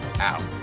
out